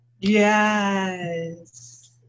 Yes